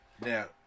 now